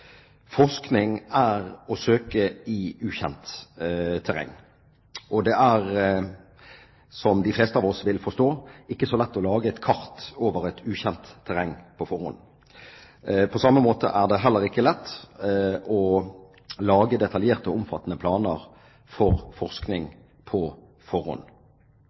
Forskning er å søke i ukjent terreng. Det er, som de fleste av oss vil forstå, ikke så lett å lage et kart over et ukjent terreng på forhånd. På samme måte er det heller ikke lett å lage detaljerte og omfattende planer for forskning på forhånd.